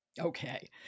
Okay